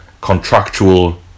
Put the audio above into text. contractual